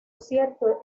cierto